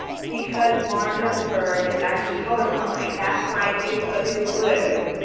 because mark zuckerberg is actually color blind, that's why facebook is blue.